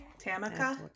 Tamika